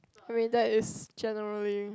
I mean that is generally